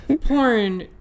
Porn